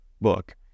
book